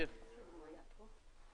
מנהל ברשות שוק ההון.